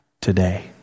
today